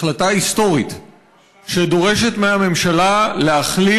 החלטה היסטורית שדורשת מהממשלה להכליל